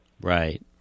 Right